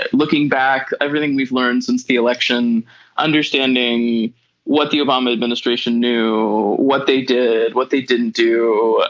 ah looking back everything we've learned since the election understanding what the obama administration knew what they did what they didn't do.